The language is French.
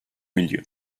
milieu